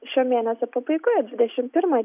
šio mėnesio pabaigoje dvidešim pirmą